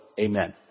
amen